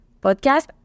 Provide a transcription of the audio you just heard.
podcast